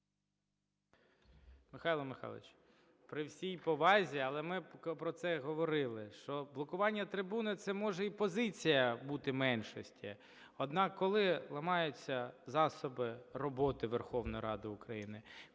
Михайло Михайлович, при всій повазі, але ми про це говорили, що блокування трибуни – це, може, і позиція бути меншості, однак, коли ламаються засоби роботи Верховної Ради України,